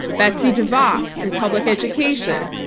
betsy devos in public education,